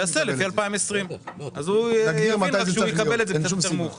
יעשה לפי 2020. הוא יקבל את זה יותר מאוחר.